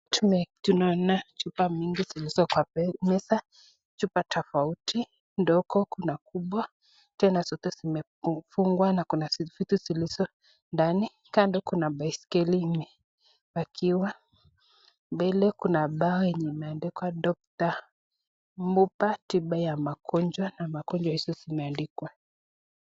Tunaona chupa mingi zenye ziko kwa meza, chupa tofauti, ndogo, kuna kubwa. Tena zote zimefungwa na kuna vitu zilizo ndani. Kando kuna baiskeli ime pakiwa. Mbele kuna bao yenye imeandikwa Dr. Mduba tiba ya magonjwa na magonjwa hayo yameandikwa.